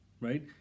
right